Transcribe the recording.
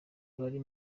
bari